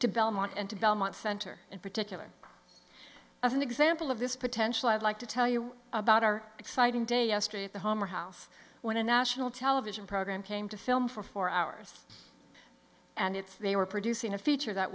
to belmont and to belmont center in particular as an example of this potential i'd like to tell you about our exciting day yesterday at the homer house when a national television program came to film for four hours and it's they were producing a feature that